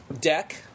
deck